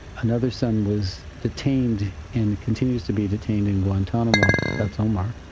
another son was detained and continues to be detained in guantanamo, that's omar.